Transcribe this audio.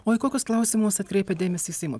o į kokius klausimus atkreipia dėmesį seimo